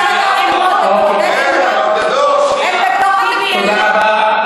תודה רבה.